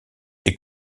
est